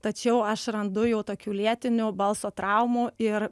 tačiau aš randu jau tokių lėtinių balso traumų ir